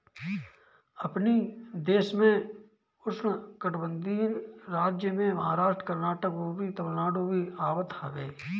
अपनी देश में उष्णकटिबंधीय राज्य में महाराष्ट्र, कर्नाटक, अउरी तमिलनाडु भी आवत हवे